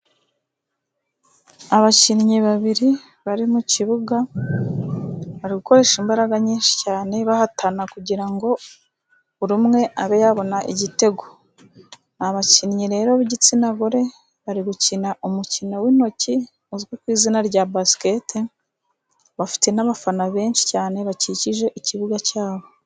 Abakinnyi babiri bari mukibuga, bari gukoresha imbaraga nyinshi cyane bahatana kugira ngo buri umwe abe yabona igitego, abakinnyi rero b'igitsina gore bari gukina umukino w'intoki uzwi ku izina rya basketball, bafite n'abafana benshi cyane bakikije ikibuga cyabo.